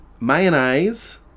mayonnaise